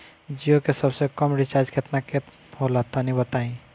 जीओ के सबसे कम रिचार्ज केतना के होला तनि बताई?